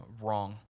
wrong